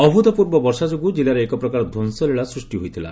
ଅଭୁତପୂର୍ବ ବର୍ଷା ଯୋଗୁଁ ଜିଲ୍ଲାରେ ଏକପ୍ରକାର ଧ୍ୱଂସଲୀଳା ସୃଷ୍ଟି ହୋଇଥିଲା